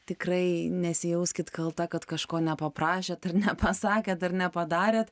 tikrai nesijauskit kalta kad kažko nepaprašėt ar nepasakėt ar nepadarėt